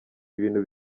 ibintu